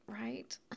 right